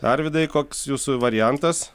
arvydai koks jūsų variantas